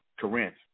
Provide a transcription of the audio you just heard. Corinth